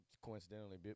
coincidentally